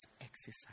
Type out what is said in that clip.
exercise